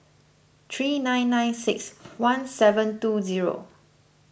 three nine nine six one seven two zero